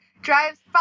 drives